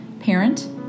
parent